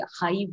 high